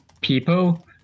people